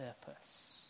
purpose